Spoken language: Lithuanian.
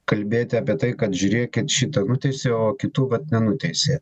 kalbėti apie tai kad žiūrėkit šitą nuteisė o kitų vat nenuteisė